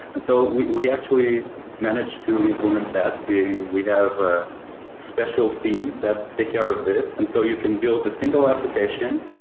and so we we actually managed to implement that. we have ah special themes that take care of this. and so you can build a single application,